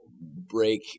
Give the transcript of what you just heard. break